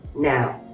now,